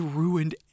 ruined